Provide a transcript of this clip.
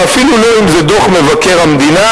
ואפילו לא אם זה דוח מבקר המדינה,